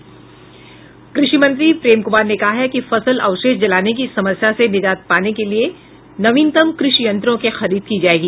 कृषि मंत्री प्रेम कुमार ने कहा है कि फसल अवशेष जलाने की समस्या से निजात पाने के लिए नवीनतम कृषि यंत्रों की खरीद की जायेगी